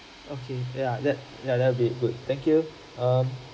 okay ya that ya that will be good thank you um